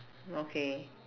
okay